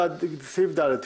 בעד 5, נגד אין.